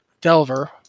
Delver